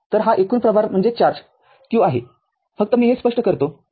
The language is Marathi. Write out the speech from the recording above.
तरहा एकूण प्रभार q आहे फक्त मी हे स्पष्ट करतो